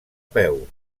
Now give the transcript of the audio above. peu